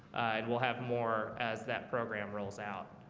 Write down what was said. and we'll have more as that program rolls out